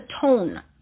tone